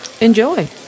Enjoy